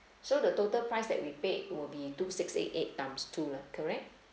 so the total price that we paid will be two six eight eight times two lah correct